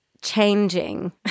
changing